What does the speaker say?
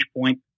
point